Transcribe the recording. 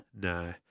no